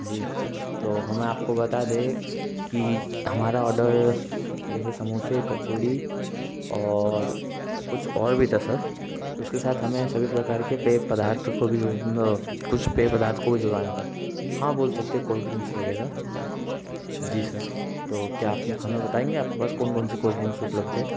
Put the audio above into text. जी तो हमें आपको बता दें कि हमारा औडर जैसे समोसे कचौरी और कुछ और भी था सर उसके साथ हमें सभी प्रकार के पेय पदार्थ को भी कुछ पेय पदार्थ को जुड़वाना था हाँ बोल सकते कोल्डड्रिंक्स वगैरह जी सर तो क्या आप हमें बताएंगे आपके पास कौन कौन सी कोल्डड्रिंक्स उपलब्ध है